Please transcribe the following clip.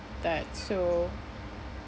that so